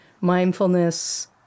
mindfulness